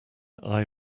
eye